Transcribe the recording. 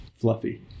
fluffy